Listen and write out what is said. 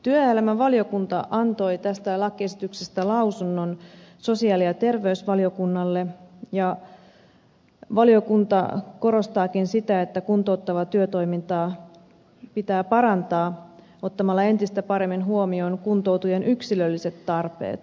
työelämävaliokunta antoi tästä lakiesityksestä lausunnon sosiaali ja terveysvaliokunnalle ja valiokunta korostaakin sitä että kuntouttavaa työtoimintaa pitää parantaa ottamalla entistä paremmin huomioon kuntoutujien yksilölliset tarpeet